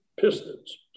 Pistons